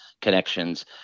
connections